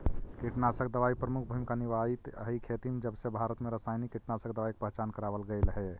कीटनाशक दवाई प्रमुख भूमिका निभावाईत हई खेती में जबसे भारत में रसायनिक कीटनाशक दवाई के पहचान करावल गयल हे